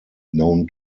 known